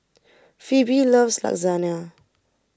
Phoebe loves Lasagna